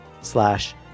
slash